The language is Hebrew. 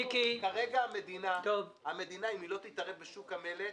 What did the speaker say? כרגע המדינה אם לא תתערב בשוק המלט